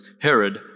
Herod